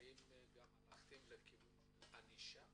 האם הלכתם גם לכיוון של ענישה?